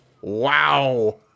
Wow